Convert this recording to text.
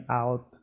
out